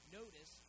notice